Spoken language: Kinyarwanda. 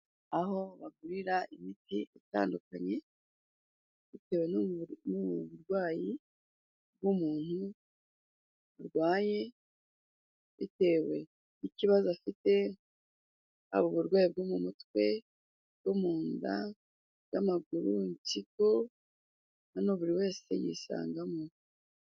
Aho bagurira imiti itandukanye bitewe n'uburwayi bw'umuntu arwaye, bitewe n'ikibazo afite, haba uburwayi bwo mu mutwe, ubwo mu nda, ubw'amaguru, impyiko, hano buri wese yisangamo.